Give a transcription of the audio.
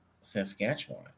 Saskatchewan